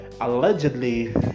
allegedly